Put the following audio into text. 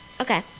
Okay